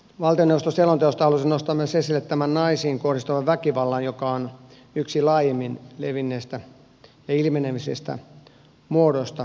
valtioneuvoston selonteosta haluaisin myös nostaa esille naisiin kohdistuvan väkivallan joka on yksi laajimmin levinneistä ja ilmenevistä muodoista ihmisoikeusloukkauksissa